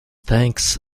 thanks